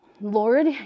Lord